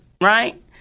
right